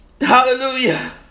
hallelujah